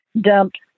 dumped